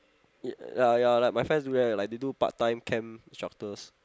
ya ya like my friend do that like they do part time camp instructors